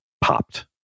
popped